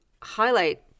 highlight